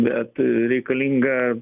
bet reikalinga